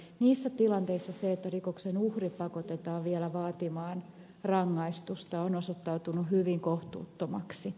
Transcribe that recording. niissä tilanteissa se että rikoksen uhri pakotetaan vielä vaatimaan rangaistusta on osoittautunut hyvin kohtuuttomaksi